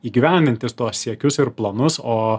įgyvendinti tuos siekius ir planus o